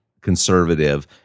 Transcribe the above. conservative